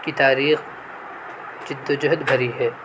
کی تاریخ جدوجہد بھری ہے